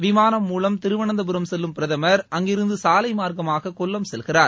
விமானம் மூலம் திருவனந்தபுரம் செல்லும் பிரதமர் அங்கிருந்து சாலை மார்க்கமாக கொல்லம் செல்கிறார்